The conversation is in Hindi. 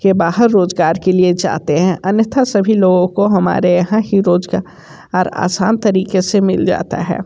के बाहर रोजगार के लिए जाते हैं अन्यथा सभी लोगों को हमारे यहाँ ही रोजगार आसान तरीके से मिल जाता है